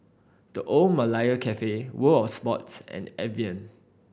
The Old Malaya Cafe World Of Sports and Evian